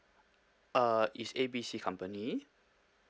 uh it's A B C company